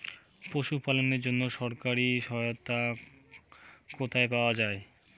পশু পালনের জন্য সরকারি সহায়তা কোথায় পাওয়া যায়?